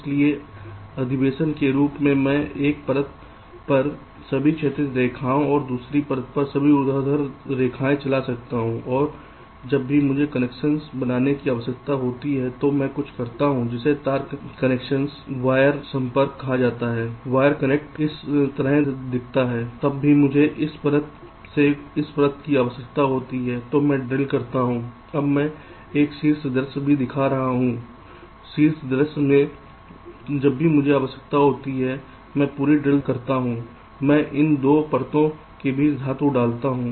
इसलिए अधिवेशन के रूप में मैं एक परत पर सभी क्षैतिज रेखाएँ और दूसरी परत पर सभी ऊर्ध्वाधर लाइनें चला सकता हूं और जब भी मुझे कनेक्शन बनाने की आवश्यकता होती है तो मैं कुछ करता हूं जिसे तार कनेक्शन वायर संपर्क कहा जाता है तार संपर्क इस तरह से दिखता है जब भी मुझे इस परत से इस परत की आवश्यकता होती है तो मैं ड्रिल करता हूं अब मैं एक शीर्ष दृश्य भी दिखा रहा हूं शीर्ष दृश्य में जब भी मुझे आवश्यकता होती है मैं पूरी ड्रिल करता हूं मैं इन 2 परतों के बीच धातु डालता हूं